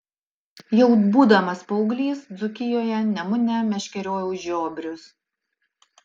jau būdamas paauglys dzūkijoje nemune meškeriojau žiobrius